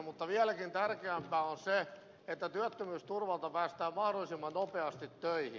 mutta vieläkin tärkeämpää on se että työttömyysturvalta päästään mahdollisimman nopeasti töihin